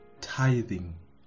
tithing